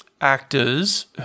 actors